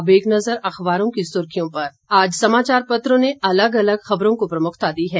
अब एक नजर अखबारों की सुर्खियों पर आज समाचारपत्रों ने अलग अलग खबरों को प्रमुखता दी है